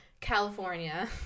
California